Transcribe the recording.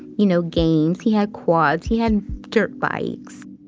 you know, games. he had quads, he had dirt bikes.